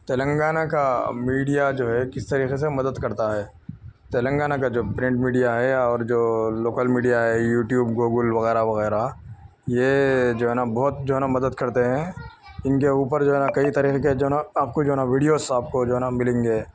تلنگانہ کا میڈیا جو ہے کس طریقے سے مدد کرتا ہے تلنگانہ کا جو پرنٹ میڈیا ہے اور جو لوکل میڈیا ہے یوٹیوب گوگل وغیرہ وغیرہ یہ جو ہے نا بہت جو ہے نا مدد کرتے ہیں ان کے اوپر جو ہے نا کئی طرح کے جو ہے نا آپ کو جو ہے نا ویڈیوس آپ کو جو ہے نا ملیں گے